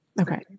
Okay